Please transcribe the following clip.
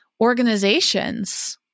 organizations